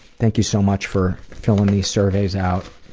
thank you so much for filling these surveys out,